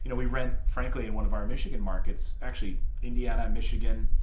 you know we rent, frankly, in one of our michigan markets, actually indiana, michigan,